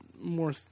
more –